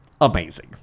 amazing